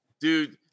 dude